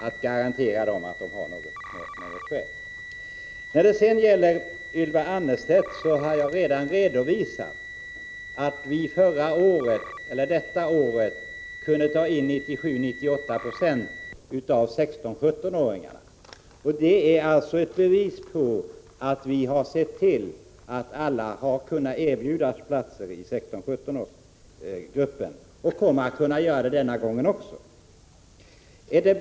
Det är ett sätt att garantera dem en möjlighet. Till Ylva Annerstedt vill jag säga att jag redan har redovisat att vi i år kunde ta in 97-98 96 av 16-17-åringarna. Det är ett bevis på att vi har sett till att alla i 16-17-årsgruppen har kunnat erbjudas plats i gymnasieskolan. Vi kommer att kunna bereda dem plats den här gången också.